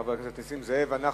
חבר הכנסת נסים זאב.